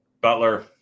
Butler